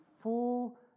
full